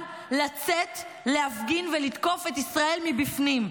לצאת להפגין ולתקוף את ישראל מבפנים.